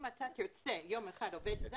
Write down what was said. אם אתה תרצה יום אחד עובד זר,